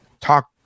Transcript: Talk